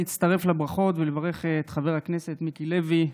להצטרף לברכות ולברך את חבר הכנסת מיקי לוי,